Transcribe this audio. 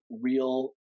real